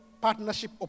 partnership